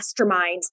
masterminds